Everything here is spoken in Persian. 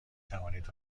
توانید